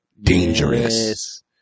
dangerous